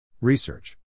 Research